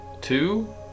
two